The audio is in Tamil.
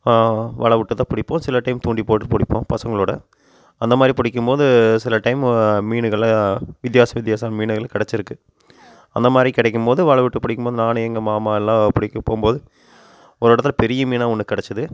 வலை விட்டு தான் பிடிப்போம் சில டைம் தூண்டி போட்டு பிடிப்போம் பசங்களோடய அந்த மாதிரி பிடிக்கும் போது சில டைமு மீனுகலாம் வித்தியாச வித்தியாச மீனுகள் கிடைச்சிருக்கு அந்தமாதிரி கிடைக்கும் போது வலைவிட்டு பிடிக்கும் போது நானு எங்கள் மாமாலாம் பிடிக்க போகும் போது ஒரு இடத்துல பெரிய மீனாக ஒன்று கிடைச்சிது